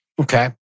Okay